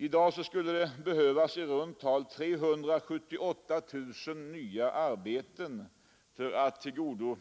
I dag skulle det behövas i runt ral 378 000 nya arbeten för att tillgodose